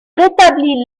rétablit